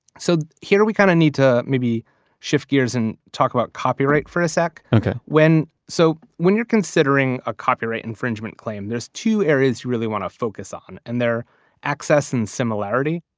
so here we kind of need to maybe shift gears and talk about copyright for a sec okay when so when you're considering a copyright infringement claim, there's two areas you really want to focus on and they're access and similarity.